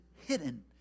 hidden